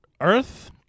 Earth